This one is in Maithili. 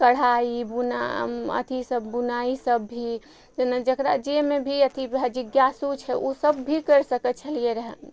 कढ़ाइ बुना अथी सब बुनाइ सब भी जकरा जाहिमे भी अथी जिज्ञासु छै उ सब भी करि सकय छलियै रहय